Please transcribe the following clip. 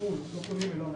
וחתול לא קונים ולא מאמצים,